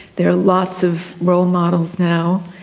there are lots of role models now.